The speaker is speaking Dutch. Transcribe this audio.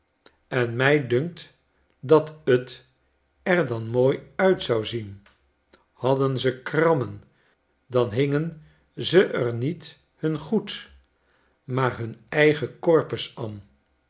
en mij dunkt dat t er dan mooi uit zou zien hadden ze krammen dan hingen ze r niet hun goed maar hun eigen corpus an